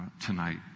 tonight